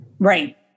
Right